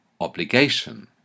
obligation